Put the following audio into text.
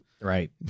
Right